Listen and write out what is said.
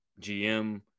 GM